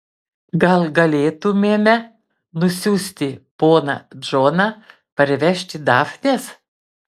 gal galėtumėme nusiųsti poną džoną parvežti dafnės